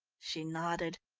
she nodded.